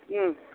ꯎꯝ